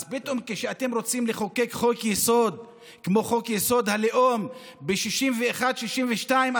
אז כשאתם רוצים לחוקק חוק-יסוד כמו חוק יסוד: הלאום ב-61 62,